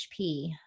HP